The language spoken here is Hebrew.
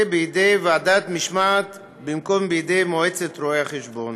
בוועדת משמעת במקום במועצת רואי-חשבון.